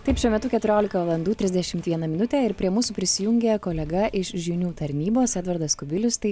taip šiuo metu keturiolika valandų trisdešimt viena minutė ir prie mūsų prisijungė kolega iš žinių tarnybos edvardas kubilius tai